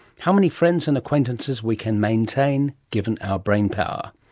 how many friends and acquaintances we can maintain given our brainpower.